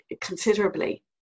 considerably